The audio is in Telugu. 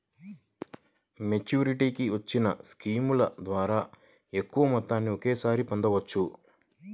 మెచ్యూరిటీకి వచ్చిన స్కీముల ద్వారా ఎక్కువ మొత్తాన్ని ఒకేసారి పొందవచ్చు